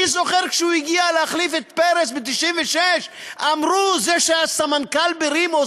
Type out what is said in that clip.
אני זוכר כשהוא הגיע להחליף את פרס ב-1996 אמרו: זה שהיה סמנכ"ל ב"רים",